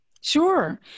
Sure